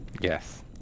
Yes